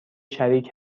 شریک